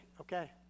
okay